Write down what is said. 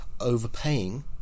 overpaying